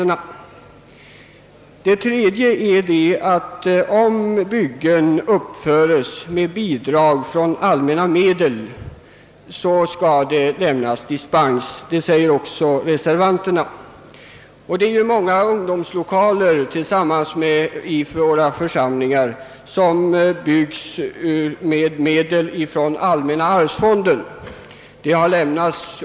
För det fjärde bör dispens lämnas för byggnader som uppföres med bidrag från allmänna medel, vilket också reservanterna anför. Många ungdomslokaler i våra församlingar byggs t.ex. med medel från allmänna arvsfonden.